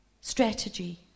Strategy